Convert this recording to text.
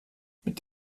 mit